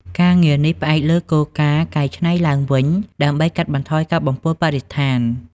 ការងារនេះផ្អែកលើគោលការណ៍ "កែច្នៃឡើងវិញ" ដើម្បីកាត់បន្ថយការបំពុលបរិស្ថាន។